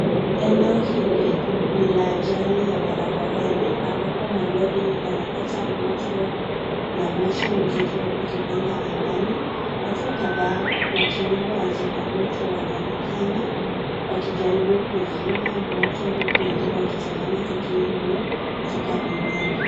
Eneo hili ni la ajali barabarani ambapo malori yamepata moto, na moshi mzito ukipanda angani, watu kadhaa wakiwemo wazima moto wanaonekana wakijaribu kuzima moto huku wengine wakitazama tukio hilo kutoka pembeni.